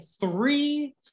three